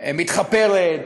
מתחפרת,